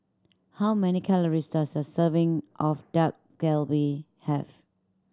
how many calories does a serving of Dak Galbi have